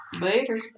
Later